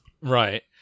Right